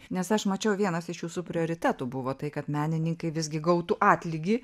nes aš mačiau vienas iš jūsų prioritetų buvo tai kad menininkai visgi gautų atlygį